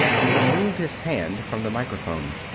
he removed his hand from the microphone.